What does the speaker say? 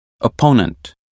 opponent